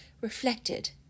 reflected